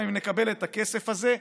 גם אם נקבל את הכסף הזה,